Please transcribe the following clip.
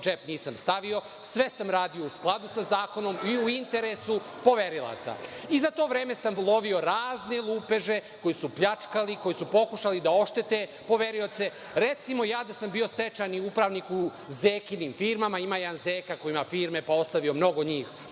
džep nisam stavio. Sve sam radio u skladu sa zakonom i u interesu poverilaca. Za to vreme sam ulovio razne lupeže koji su pljačkali, koji su pokušali da oštete poverioce. Recimo, da sam bio stečajni upravnik u Zekinim firmama, ima jedan Zeka koji ima firme, pa ostavio mnogo njih